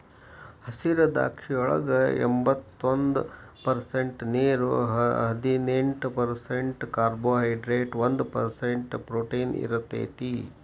ಹಸಿದ್ರಾಕ್ಷಿಯೊಳಗ ಎಂಬತ್ತೊಂದ ಪರ್ಸೆಂಟ್ ನೇರು, ಹದಿನೆಂಟ್ ಪರ್ಸೆಂಟ್ ಕಾರ್ಬೋಹೈಡ್ರೇಟ್ ಒಂದ್ ಪರ್ಸೆಂಟ್ ಪ್ರೊಟೇನ್ ಇರತೇತಿ